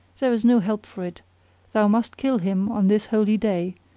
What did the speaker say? there is no help for it thou must kill him on this holy day,